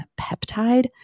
peptide